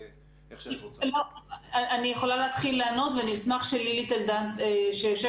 אני אוכל להתחיל לענות ואני אשמח שלילי טלדן תרחיב